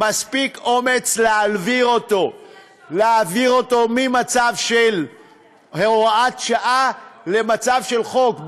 מספיק אומץ להעביר אותו ממצב של הוראת שעה למצב של חוק.